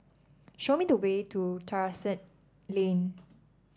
show me the way to Terrasse Lane